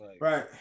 Right